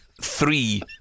three